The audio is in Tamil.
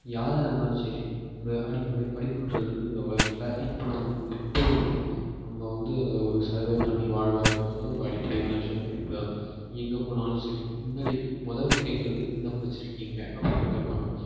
யாராக இருந்தாலும் சரி அடிப்படை படிப்புன்றது வந்து இந்த உலகத்தில் இப்போ நம் இப்போ வந்து நம்ம வந்து அது ஒரு சர்வே பண்ணி வாழ்வதற்கு வந்து ஒரு அடிப்படையான விஷயம் படிப்புதான் எங்கே போனாலும் சரி மின்னாடி மொதல் கேட்கறது என்ன படித்துருக்கீங்க அப்படின்னு தான் கேட்பாங்க